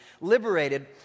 liberated